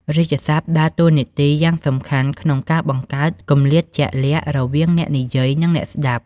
រាជសព្ទដើរតួនាទីយ៉ាងសំខាន់ក្នុងការបង្កើត គម្លាតជាក់លាក់រវាងអ្នកនិយាយ និងអ្នកស្ដាប់។